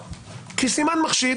כי בסימן מחשיד,